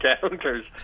counters